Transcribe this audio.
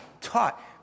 taught